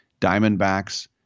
Diamondbacks